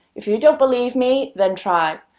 if you don't believe me, then try.